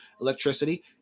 electricity